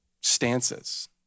stances